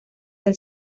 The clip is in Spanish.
del